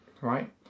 right